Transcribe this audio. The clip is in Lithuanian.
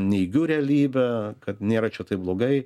neigiu realybę kad nėra čia taip blogai